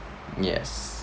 yes